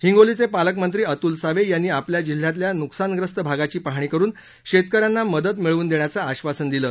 हिंगोलीचे पालकमंत्री अतुल सावे यांनी आपल्या जिल्ह्यातल्या नुकसानग्रस्त भागाची पाहणी करून शेतकऱ्यांना मदत मिळवून देण्याचं आश्वासन दिलं